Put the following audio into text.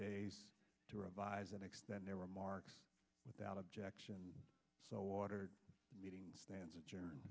days to revise and extend their remarks without objection so water meeting stands a